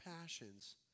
passions